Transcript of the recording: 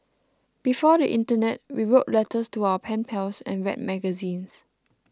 before the internet we wrote letters to our pen pals and read magazines